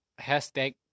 Hashtag